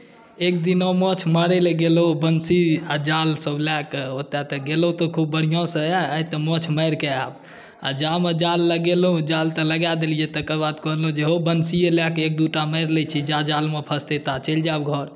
एक दिन हम माछ मारय लेल गेलहुँ बन्सी आ जालसभ लए कऽ ओतय तऽ गेलहुँ तऽ खूब बढ़िआँसँ जे आइ तऽ माछ मारि कऽ आयब आ जामे जाल लगेलहुँ जाल तऽ लगाए देलियै तकर बाद कहलहुँ जे हउ बन्सीए लए कऽ एक दूटा मारि लैत छी जा जालमे फँसतै ता चलि जायब घर